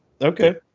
okay